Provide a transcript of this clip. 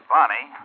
Bonnie